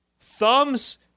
Thumbs